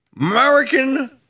American